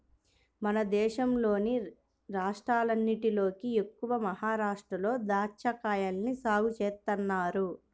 మన దేశంలోని రాష్ట్రాలన్నటిలోకి ఎక్కువగా మహరాష్ట్రలో దాచ్చాకాయల్ని సాగు చేత్తన్నారు